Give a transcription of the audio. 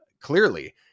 clearly